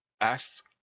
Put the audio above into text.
ask